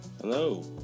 Hello